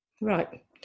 right